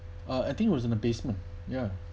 uh I think it was in a basement ya